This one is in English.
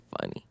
funny